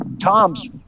Tom's